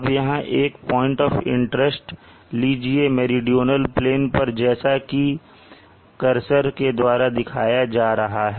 अब यहां एक पॉइंट ऑफ इंटरेस्ट लीजिए मेरीडोनल प्लेन पर जैसा कि करसर के द्वारा दिखाया जा रहा है